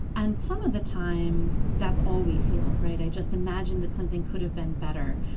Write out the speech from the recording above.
and some of the time, that's all we feel, right? i just imagine that something could have been better.